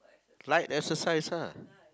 light exercise lah